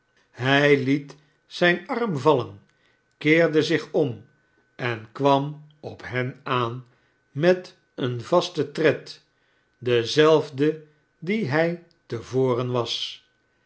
hij liet zijn arm vallen keerde zich om en kwam op hen aan met een vasten tred dezelfde die hij te voren was